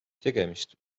tegemist